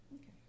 Okay